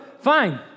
Fine